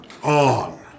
On